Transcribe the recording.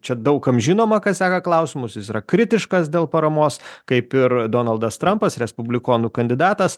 čia daug kam žinoma kas seka klausimus jis yra kritiškas dėl paramos kaip ir donaldas trampas respublikonų kandidatas